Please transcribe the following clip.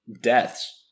deaths